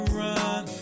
run